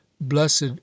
blessed